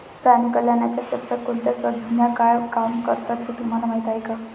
प्राणी कल्याणाच्या क्षेत्रात कोणत्या संस्था काय काम करतात हे तुम्हाला माहीत आहे का?